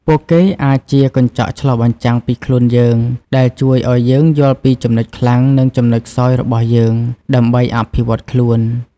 ពួកគេអាចជាកញ្ចក់ឆ្លុះបញ្ចាំងពីខ្លួនយើង ដែលជួយឱ្យយើងយល់ពីចំណុចខ្លាំង និងចំណុចខ្សោយរបស់យើង ដើម្បីអភិវឌ្ឍខ្លួន។